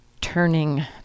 turning